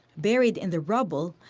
buried in the rubble,